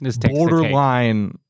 borderline